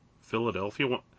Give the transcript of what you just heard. Philadelphia